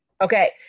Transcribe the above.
okay